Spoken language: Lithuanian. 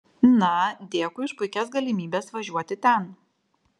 na dėkui už puikias galimybės važiuoti ten